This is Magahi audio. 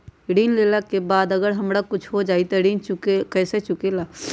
ऋण लेला के बाद अगर हमरा कुछ हो जाइ त ऋण कैसे चुकेला?